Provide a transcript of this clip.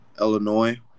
Illinois